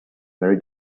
very